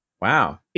Wow